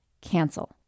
Cancel